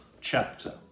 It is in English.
chapter